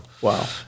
Wow